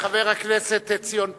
חבר הכנסת ציון פיניאן,